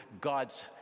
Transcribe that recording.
God's